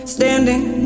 Standing